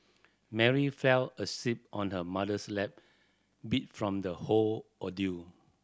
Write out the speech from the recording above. Mary fell asleep on her mother's lap beat from the whole ordeal